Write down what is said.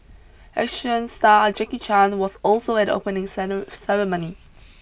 action star Jackie Chan was also at opening ceremony